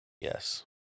Yes